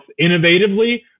innovatively